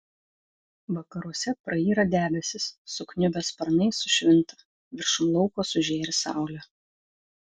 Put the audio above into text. vakaruose prayra debesys sukniubę sparnai sušvinta viršum lauko sužėri saulė